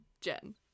Jen